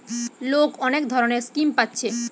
লোক অনেক ধরণের স্কিম পাচ্ছে